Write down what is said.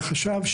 מהחשב,